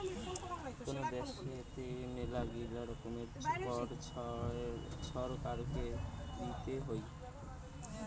কোন দ্যাশোতে মেলাগিলা রকমের কর ছরকারকে দিতে হই